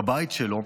בבית שלו,